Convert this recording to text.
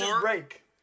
break